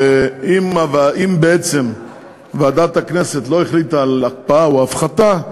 ואם בעצם ועדת הכנסת לא החליטה על הקפאה או הפחתה,